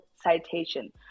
citation